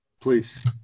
Please